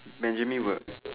Benjamin will